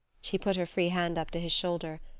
she put her free hand up to his shoulder,